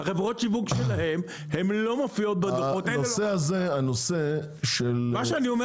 חברות השיווק שלהם לא מופיעות בדו"חות --- מה שאני אומר